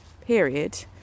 period